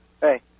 Hey